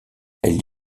elle